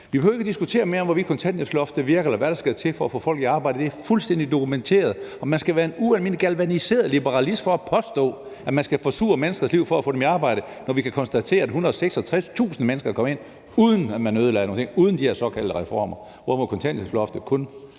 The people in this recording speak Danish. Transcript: Vi behøver ikke at diskutere mere, hvorvidt kontanthjælpsloftet virker, eller hvad der skal til for at få folk i arbejde. Det er fuldstændig dokumenteret, og man skal være en ualmindelig galvaniseret liberalist for at påstå, at man skal forsure menneskers liv for at få dem i arbejde, når vi kan konstatere, at 166.000 mennesker kom ind på arbejdsmarkedet, uden at man ødelagde nogen ting, og uden de her såkaldte reformer, hvorimod kontanthjælpsloftet kun